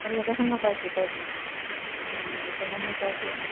অঁ লেটাৰখন মই পাইছোঁ পাইছোঁ লেটাৰখন মই পাইছোঁ